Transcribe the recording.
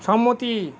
সম্মতি